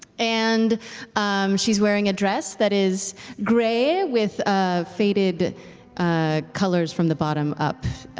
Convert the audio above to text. and she's wearing a dress that is gray with ah faded ah colors from the bottom up,